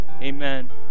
Amen